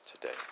today